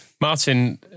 Martin